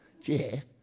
Jeff